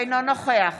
אינו נוכח